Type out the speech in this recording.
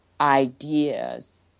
ideas